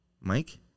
Mike